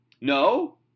No